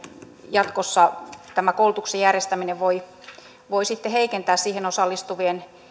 jatkossa tämä koulutuksen järjestäminen voi sitten heikentää siihen osallistuvien